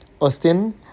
Austin